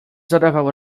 zadawał